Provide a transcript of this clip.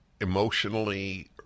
emotionally